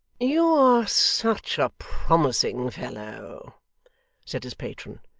you are such a promising fellow said his patron,